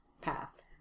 path